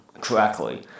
correctly